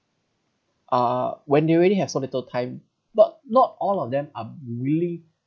uh when they already have so little time not not all of them are really